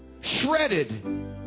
shredded